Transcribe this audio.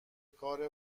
کار